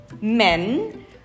men